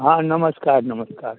हँ नमस्कार नमस्कार